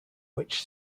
which